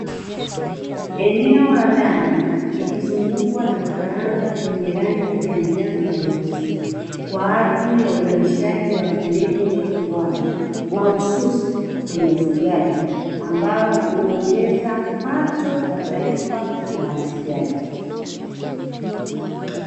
Eneo la ndani likuzungukwa na vifaranga venye rangi ya njano na nyeusi kwaajili ya uzalishaji wa kilimo cha kiwanda, mahususi kwenye ufungaji ambao huongeza pato la taifa na la mfungaji.